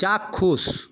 চাক্ষুষ